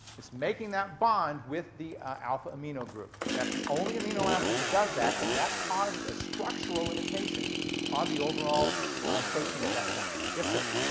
it's making that bond with the alpha amino group. that's the only amino acid that does that, and that causes a structural limitation on the overall protein at that point. yes, sir?